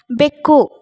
ಬೆಕ್ಕು